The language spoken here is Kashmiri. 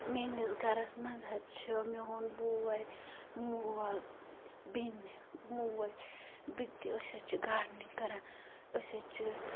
میٛٲنِس گَرَس منٛز حظ چھِ میون بوے مول بیٚنہِ موج بہٕ تہِ أسۍ حظ چھِ گاڈنِنٛگ کَران أسۍ حظ چھِ